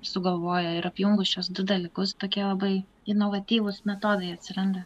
sugalvoja ir apjungus šiuos du dalykus tokie labai inovatyvūs metodai atsiranda